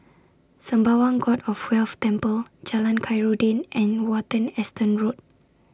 Sembawang God of Wealth Temple Jalan Khairuddin and Watten Estate Road